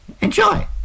enjoy